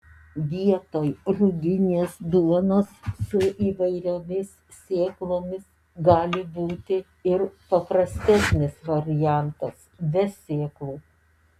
vietoj ruginės duonos su įvairiomis sėklomis gali būti ir paprastesnis variantas be sėklų